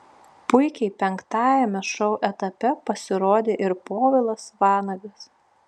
puikiai penktajame šou etape pasirodė ir povilas vanagas